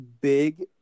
big